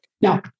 Now